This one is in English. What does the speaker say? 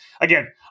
again